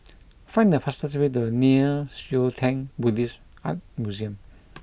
find the fastest way to Nei Xue Tang Buddhist Art Museum